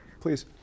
please